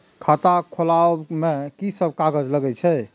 खाता खोलाअब में की सब कागज लगे छै?